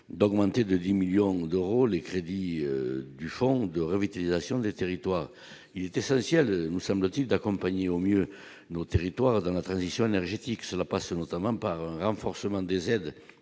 d'augmenter de 10 millions d'euros, les crédits du fonds de revitalisation des territoires, il est essentiel, nous semble-t-il, d'accompagner au mieux nos territoires dans la transition énergétique, cela passe notamment par un renforcement des aides